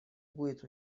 будет